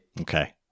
Okay